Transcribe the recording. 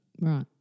Right